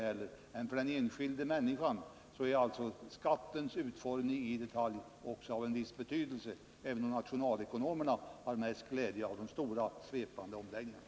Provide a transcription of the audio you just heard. För den enskilda människan är också detaljerna i skattens utformning av viss betydelse, även om nationalekonomerna har mest glädje av de stora och svepande omläggningarna.